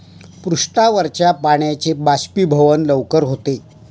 पृष्ठावरच्या पाण्याचे बाष्पीभवन लवकर होते